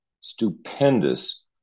stupendous